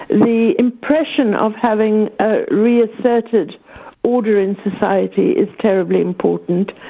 the impression of having a reasserted order in society is terribly important,